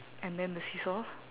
and then the seesaw